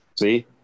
See